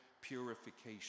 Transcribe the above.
purification